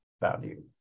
value